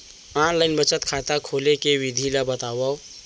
Online बचत खाता खोले के विधि ला बतावव?